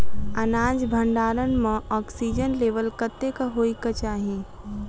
अनाज भण्डारण म ऑक्सीजन लेवल कतेक होइ कऽ चाहि?